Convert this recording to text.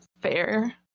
fair